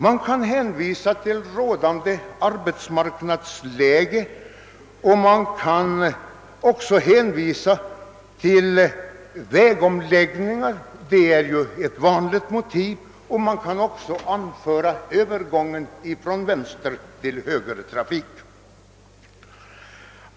Man kan hänvisa till rådande arbetsmarknadsläge eller — som kanske är än vanligare — till vägomläggningar eller också kan man anföra övergången från vänstertill högertrafik.